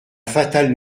fatale